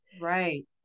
Right